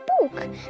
book